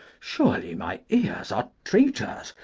surely my ears are traitors,